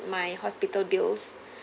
my hospital bills